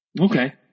Okay